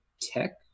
tech